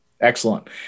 Excellent